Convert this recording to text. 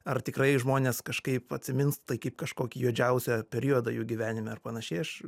ar tikrai žmonės kažkaip atsimins tai kaip kažkokį juodžiausią periodą jų gyvenime ar panašiai aš